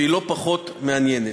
והיא לא פחות מעניינת.